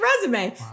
resume